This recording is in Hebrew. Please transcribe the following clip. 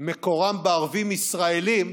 שמקורם בערבים ישראלים,